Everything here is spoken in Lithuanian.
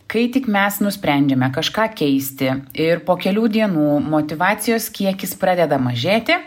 kai tik mes nusprendžiame kažką keisti ir po kelių dienų motyvacijos kiekis pradeda mažėti